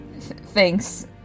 Thanks